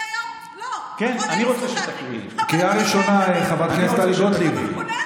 ותביני למה, חברת הכנסת טלי גוטליב, נו.